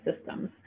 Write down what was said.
systems